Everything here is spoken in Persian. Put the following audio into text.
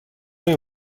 این